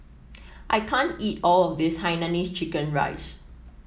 I can't eat all of this Hainanese Chicken Rice